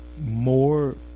More